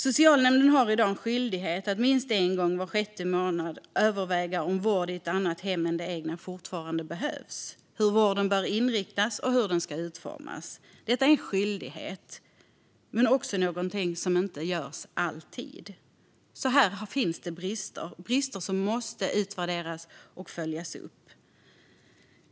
Socialnämnden har i dag en skyldighet att minst en gång var sjätte månad överväga om vård i ett annat hem än det egna fortfarande behövs, hur vården bör inriktas och hur den ska utformas. Detta är en skyldighet. Men det är något som inte alltid görs. Här finns det alltså brister. De måste utvärderas och följas upp.